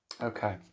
okay